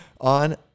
on